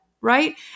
right